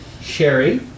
Sherry